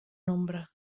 nombre